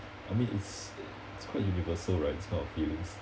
I mean it's it's quite universal right this kind of feelings